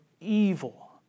evil